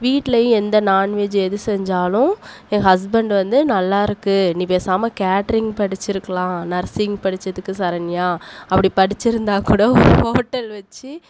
வீட்டிலையும் எந்த நாண்வெஜ் எது செஞ்சாலும் என் ஹஸ்பண்ட் வந்து நல்லாயிருக்கு நீ பேசாமல் கேட்ரிங் படிச்சிருக்கலாம் நர்சிங் படிச்சதுக்கு சரண்யா அப்படி படிச்சிருந்தால் கூட ஒரு ஹோட்டல் வச்சு